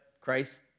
Christ